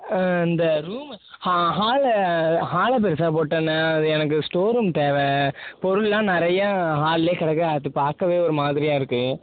இந்த ரூமு ஹாலை ஹாலை பெருசாக போட்டேண்ண அது எனக்கு ஸ்டோர் ரூம் தேவை பொருளெலாம் நிறையா ஹால்லேயே கிடக்கு அது பார்க்கவே ஒரு மாதிரியாக இருக்குது